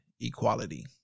equality